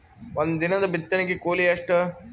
ಒಂದಿನದ ಬಿತ್ತಣಕಿ ಕೂಲಿ ಎಷ್ಟ?